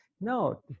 No